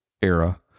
era